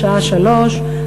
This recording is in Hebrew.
בשעה 15:00,